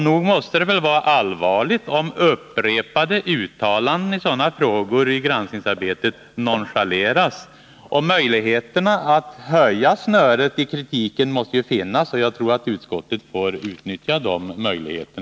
Nog måste det vara allvarligt om upprepade uttalanden i sådana frågor nonchaleras i granskningsarbetet. Möjligheterna att ”höja snöret” när det gäller kritiken måste finnas, och jag tror också att utskottet Nr 145 får utnyttja dessa möjligheter.